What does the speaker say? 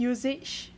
usage